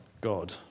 God